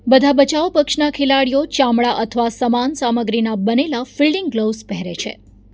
બધા બચાવ પક્ષના ખેલાડીઓ ચામડા અથવા સમાન સામગ્રીનાં બનેલાં ફિલ્ડિંગ ગ્લોવ્ઝ પહેરે છે